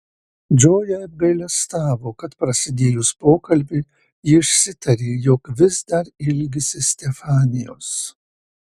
džoja apgailestavo kad prasidėjus pokalbiui ji išsitarė jog vis dar ilgisi stefanijos